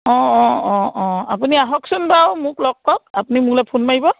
অঁ অঁ অঁ অঁ আপুনি আহকচোন বাাৰু মোক লগ কৰক আপুনি মোলৈ ফোন মাৰিব